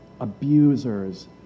abusers